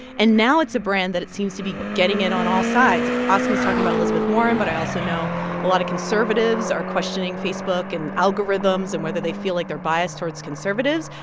and now it's a brand that seems to be getting it on all sides. asma's talking about elizabeth warren, but i also know a lot of conservatives are questioning facebook and algorithms and whether they feel like they're biased towards conservatives.